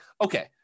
okay